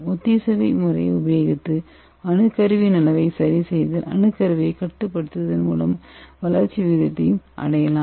ஒத்திசைவி முறையை உபயோகித்து அணுக்கருவின் அளவை சரிசெய்தல் அணுக்கருவை கட்டுப்படுத்துவதன் மூலம் வளர்ச்சி விகிதத்தையும் அடையலாம்